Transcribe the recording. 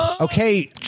Okay